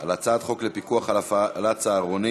על הצעת חוק לפיקוח על הפעלת צהרונים,